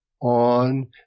on